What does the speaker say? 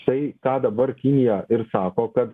tai ką dabar kinija ir sako kad